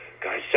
guys